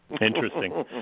Interesting